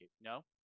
no